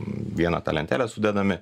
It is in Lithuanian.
vieną tą lentelę sudedami